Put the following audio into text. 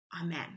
Amen